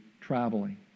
traveling